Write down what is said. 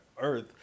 earth